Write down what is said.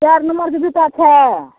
चारि नम्बरके जुत्ता छै